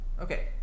okay